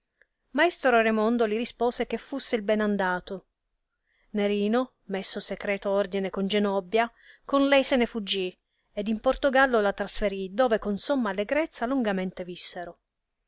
maestro raimondo li rispose che fusse il ben andato nerino messo secreto ordine con genobbia con lei se ne fuggì ed in portogallo la trasferì dove con somma allegrezza longamente vissero